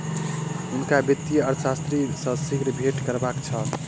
हुनका वित्तीय अर्थशास्त्री सॅ शीघ्र भेंट करबाक छल